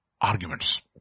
arguments